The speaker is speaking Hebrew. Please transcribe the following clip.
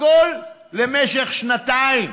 הכול למשך שנתיים.